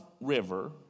River